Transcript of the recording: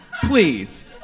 please